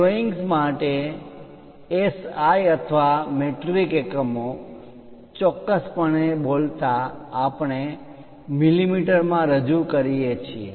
drawings માટે SI અથવા metric એકમો ચોક્કસપણે બોલતા આપણે મીલીમીટર મા રજૂ કરીએ છીએ